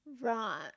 Right